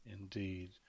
Indeed